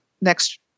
next